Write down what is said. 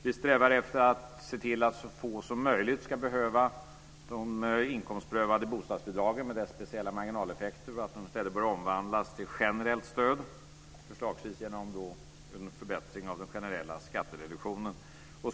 Vi strävar efter att se till att så få som möjligt ska behöva de inkomstprövade bostadsbidragen med deras speciella marginaleffekter. De bör i stället omvandlas till ett generellt stöd, förslagsvis genom en förbättring av den generella skattereduktionen.